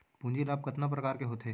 पूंजी लाभ कतना प्रकार के होथे?